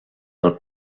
del